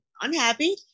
unhappy